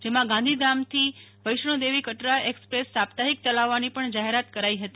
જેમાં ગાંધીધામથી શ્રી માતા વૈણ્વોદેવી કટરા એક્સપ્રેસ સાપ્તાહિક ચલાવવાની પણ જાહેરાત કરાઈ હતી